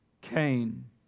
Cain